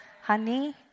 honey